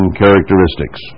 characteristics